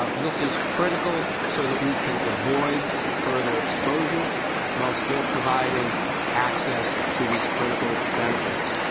um this is critical so that we can avoid further exposure while still providing access to these critical benefits.